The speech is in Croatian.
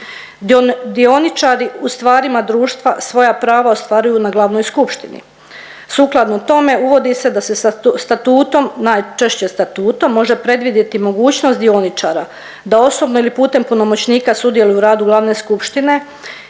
Dioničari u stvarima društva svoja prava ostvaruju na glavnoj skupštini. Sukladno tome uvodi se da se statutom, najčešće statutom može predvidjeti mogućnost dioničara da osobno ili putem punomoćnika sudjeluju u radu glavne skupštine